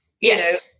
yes